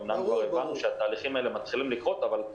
אומנם כבר הבנו שהתהליכים האלה מתחילים לקרות אבל לא